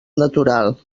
natural